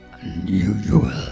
unusual